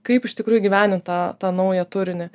kaip iš tikrųjų įgyvendint tą tą naują turinį